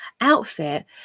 outfit